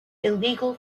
illegal